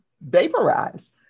vaporize